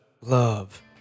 Love